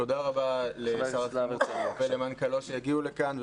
תודה רבה לשר החינוך ולמנכ"ל המשרד שהגיעו לכאן.